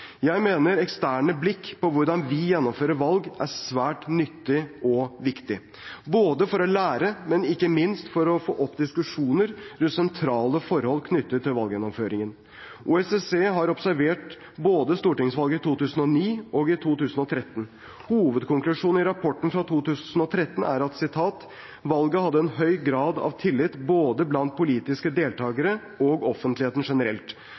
Jeg mener eksterne blikk på hvordan vi gjennomfører valg, er svært nyttig og viktig, både for å lære og ikke minst for å få opp diskusjoner rundt sentrale forhold knyttet til valggjennomføringen. OSSE har observert stortingsvalget både i 2009 og i 2013. Hovedkonklusjonen i rapporten fra 2013 er: «Valget hadde en høy grad av tillit både blant politiske deltakere og offentligheten generelt.